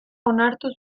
onartu